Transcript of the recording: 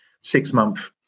six-month